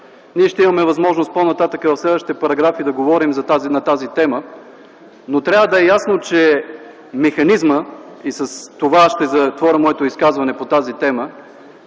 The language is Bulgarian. Ние ще имаме възможност по-нататък, в следващите параграфи, да говорим на тази тема. Трябва да е ясно, че механизмът, и с това ще затворя моето изказване по тази тема,